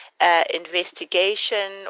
Investigation